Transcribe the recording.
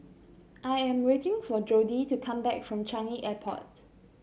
I am waiting for Jodie to come back from Changi Airport